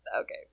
okay